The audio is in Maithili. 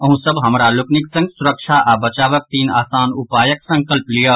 अहूँ सब हमरा लोकनिक संग सुरक्षा आ बचावक तीन आसान उपायक संकल्प लियऽ